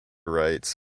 rights